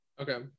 Okay